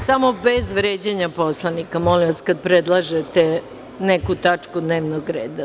Samo bez vređanja poslanika, molim vas, kada predlažete neku tačku dnevnog reda.